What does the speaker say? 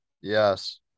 yes